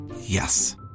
Yes